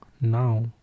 now